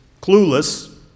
clueless